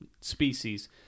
species